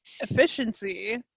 efficiency